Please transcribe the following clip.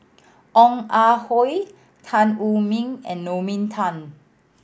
Ong Ah Hoi Tan Wu Meng and Naomi Tan